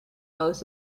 most